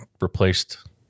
replaced